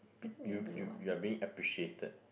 you you you are being appreciated